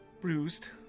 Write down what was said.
bruised